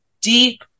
deep